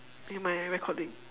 in my recording